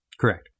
Correct